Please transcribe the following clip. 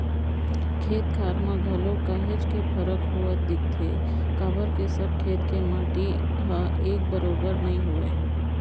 खेत खार म घलोक काहेच के फरक होवत दिखथे काबर के सब खेत के माटी ह एक बरोबर नइ होवय